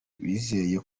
bizeye